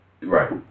Right